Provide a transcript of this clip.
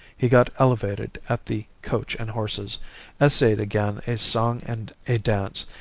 he got elevated at the coach and horses essayed again a song and a dance,